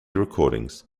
recordings